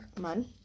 Man